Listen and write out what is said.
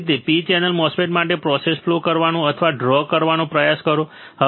સમાન રીતે P channel MOSFET માટે પ્રોસેસ ફોલો કરવાનો અથવા ડ્રો કરવાનો પ્રયાસ કરો